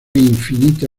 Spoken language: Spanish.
infinita